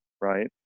Right